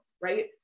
right